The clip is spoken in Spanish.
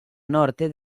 norte